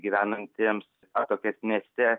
gyvenantiems atokesnėse